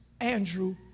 Andrew